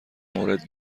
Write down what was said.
مورد